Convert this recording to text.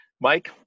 Mike